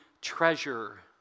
treasure